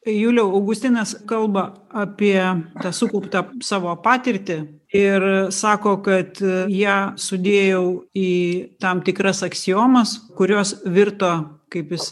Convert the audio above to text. juliau augustinas kalba apie tą sukauptą savo patirtį ir sako kad ją sudėjau į tam tikras aksiomas kurios virto kaip jis